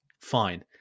fine